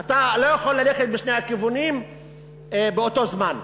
אתה לא יכול ללכת בשני הכיוונים באותו זמן.